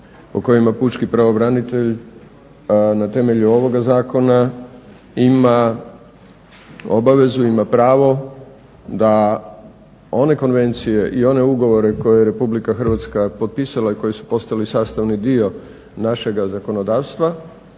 o kojima pučki pravobranitelj na temelju ovoga zakona ima obavezu, ima pravo da one konvencije i one ugovore koje je Republika Hrvatska potpisala i koji su postali sastavni dio našega zakonodavstva,